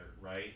right